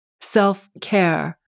self-care